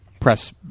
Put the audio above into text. press